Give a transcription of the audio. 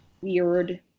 weird